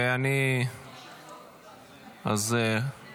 תכף